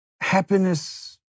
happiness